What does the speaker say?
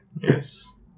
Yes